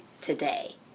today